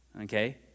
Okay